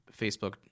Facebook